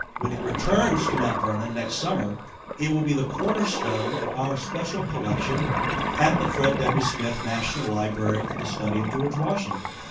when it returns to mount vernon next summer it will be the cornerstone of our special collection at the fred w. smith national library for the study of george washington.